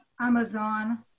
Amazon